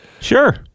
Sure